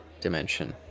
dimension